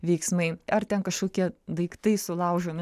veiksmai ar ten kažkokie daiktai sulaužomi